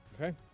Okay